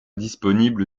disponible